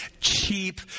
cheap